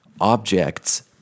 objects